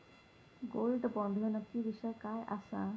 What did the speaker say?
Gold bond ह्यो नक्की विषय काय आसा?